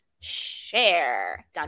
share